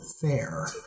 fair